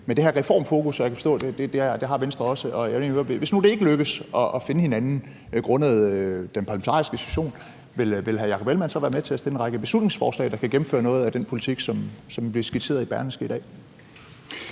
med det her reformfokus – og jeg kan forstå, at det har Venstre også. Jeg vil egentlig høre: Hvis nu det ikke lykkes at finde hinanden grundet den parlamentariske situation, vil hr. Jakob Ellemann-Jensen så være med til at fremsætte en række beslutningsforslag, der kan gennemføre noget af den politik, som blev skitseret i Berlingske i dag?